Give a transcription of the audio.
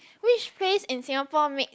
which phrase in Singapore make